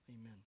Amen